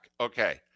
Okay